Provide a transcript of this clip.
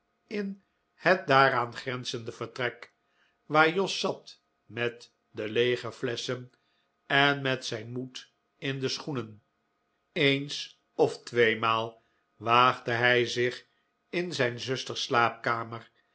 in het daaraan grenzende vertrek waar jos zat met de leege flesschen en met zijn moed in de schoenen eens of tweemaal waagde hij zich in zijn zusters